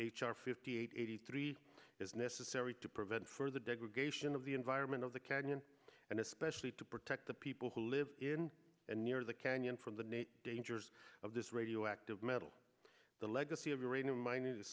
r fifty eight eighty three is necessary to prevent further degradation of the environment of the canyon and especially to protect the people who live in and near the canyon from the nate dangers of this radioactive metal the legacy of uranium mine is